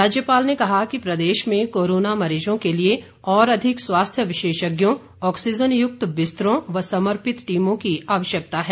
राज्यपाल ने कहा कि प्रदेश में कोरोना मरीजों के लिए और अधिक स्वास्थ्य विशेषज्ञों ऑक्सीजनयुक्त बिस्तरों व समर्पित टीमों की आवश्यकता है